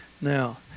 Now